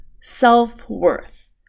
self-worth